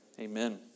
amen